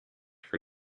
for